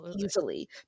easily